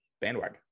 bandwagon